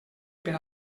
per